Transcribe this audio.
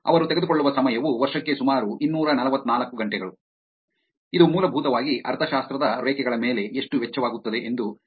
ತೆಗೆದುಕೊಳ್ಳುವ ಸಮಯವು ವರ್ಷಕ್ಕೆ ಸುಮಾರು ಇನ್ನೂರ ನಲವತ್ತನಾಲ್ಕು ಗಂಟೆಗಳು ಇದು ಮೂಲಭೂತವಾಗಿ ಅರ್ಥಶಾಸ್ತ್ರದ ರೇಖೆಗಳ ಮೇಲೆ ಎಷ್ಟು ವೆಚ್ಚವಾಗುತ್ತದೆ ಎಂದು ಹೆಚ್ಚು ಪ್ರಶ್ನಿಸುತ್ತದೆ